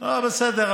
בסדר,